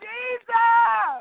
Jesus